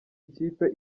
ikipe